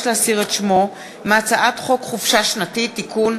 להסיר את שמו מהצעת חוק חופשה שנתית (תיקון,